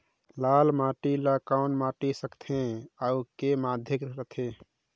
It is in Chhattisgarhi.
लाल माटी ला कौन माटी सकथे अउ के माधेक राथे?